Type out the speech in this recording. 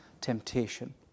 temptation